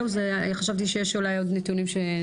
חשבתי שיש עוד נתונים.